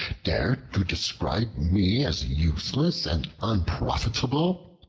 dare to describe me as useless, and unprofitable?